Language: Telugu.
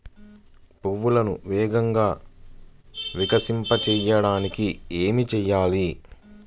పువ్వులను వేగంగా వికసింపచేయటానికి ఏమి చేయాలి?